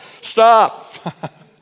stop